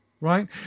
right